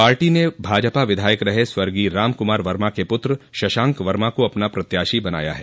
party ने भाजपा विधायक रहे स्वर्गीय राम कुमार वर्मा के पुत्र शशांक वर्मा को अपना प्रत्याशी बनाया है